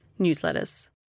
newsletters